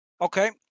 Okay